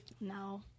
No